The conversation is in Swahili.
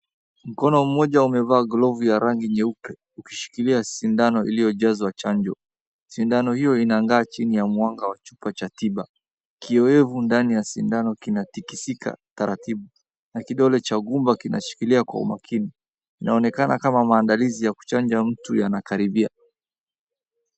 Mkono mmoja umevaa glovi ya rangi nyeupe ukishikilia sindano iliyojazwa chanjo. Sindano hiyo inangaa chini ya mwanga wa chupa cha tiba. Kioevu ndani ya sindano kinatikisika taratibu na kidole cha gumba kinashikilia kwa umakini. Inaonekana kama maandalizi ya kuchanja mtu yanakaribia.